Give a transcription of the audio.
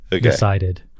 decided